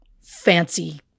fancy